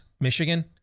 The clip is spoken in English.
Michigan